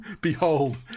Behold